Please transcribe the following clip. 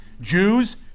Jews